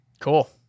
Cool